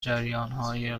جریانهای